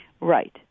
Right